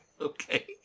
Okay